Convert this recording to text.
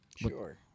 Sure